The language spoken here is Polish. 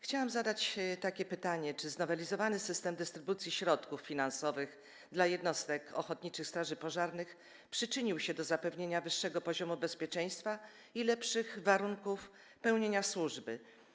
Chciałam zadać takie pytanie: Czy znowelizowany system dystrybucji środków finansowych dla jednostek ochotniczych straży pożarnych przyczynił się do zapewnienia wyższego poziomu bezpieczeństwa i lepszych warunków pełnienia służby?